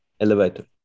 elevator